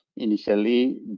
Initially